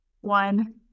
One